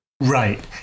Right